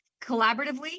collaboratively